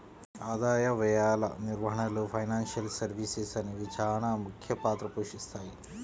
ఆదాయ వ్యయాల నిర్వహణలో ఫైనాన్షియల్ సర్వీసెస్ అనేవి చానా ముఖ్య పాత్ర పోషిత్తాయి